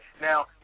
Now